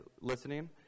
listening